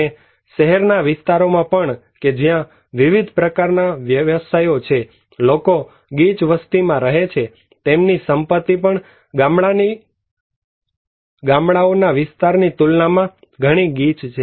અને શહેરના વિસ્તારોમાં પણ કે જ્યાં વિવિધ પ્રકારના વ્યવસાયો છે લોકો ગીચ વસ્તીમાં રહે છે તેમની સંપત્તિ પણ ગામડાઓના વિસ્તારની તુલનામાં ઘણી ગીચ છે